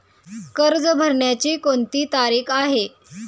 कर्ज भरण्याची कोणती तारीख आहे?